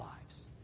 lives